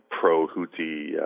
pro-Houthi